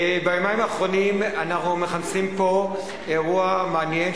ביומיים האחרונים אנחנו מכנסים פה אירוע מעניין,